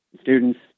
students